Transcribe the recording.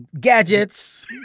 gadgets